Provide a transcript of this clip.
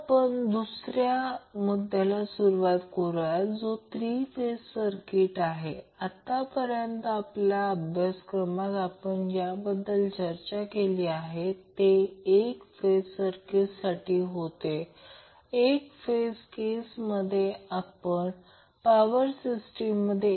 परंतु आपल्याला माहित आहे की आपण Q0ω0 LR हे काढले आहे की Q0 1ω0 C R हे माहित आहे जे आपण देखील केले आहे